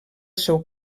seu